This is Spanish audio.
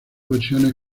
versiones